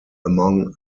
among